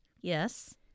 Yes